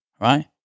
right